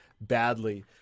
badly